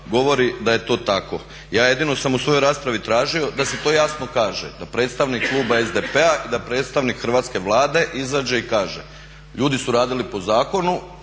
govori da je to tako. Ja jedino sam u svojoj raspravi tražio da se to jasno kaže, da predstavnik kluba SDP-a i da predstavnik hrvatske Vlade izađe i kaže ljudi su radili po zakonu,